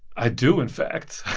i do, in fact